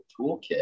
toolkit